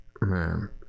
man